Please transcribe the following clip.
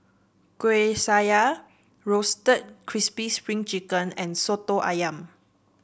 Kueh Syara Roasted Crispy Spring Chicken and Soto ayam